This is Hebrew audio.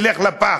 ילך לפח.